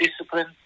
discipline